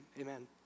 amen